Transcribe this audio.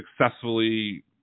successfully